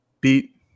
beat